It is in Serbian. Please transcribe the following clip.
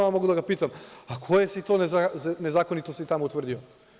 Mogu da ga pitam a, koje si to nezakonitosti tamo utvrdio?